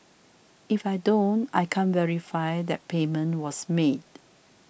if I don't I can't verify that payment was made